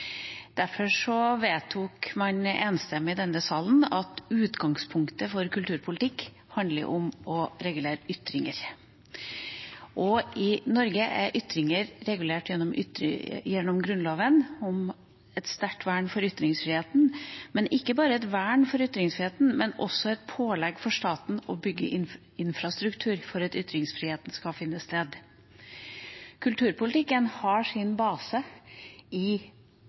Derfor vedtok man enstemmig i denne salen at utgangspunktet for kulturpolitikk handler om å regulere ytringer. I Norge er ytringer regulert gjennom Grunnloven, med et sterkt vern om ytringsfriheten. Men det er ikke bare et vern om ytringsfriheten; det er også et pålegg for staten om å bygge infrastruktur for at ytringsfriheten skal finne sted. Kulturpolitikken har sin base i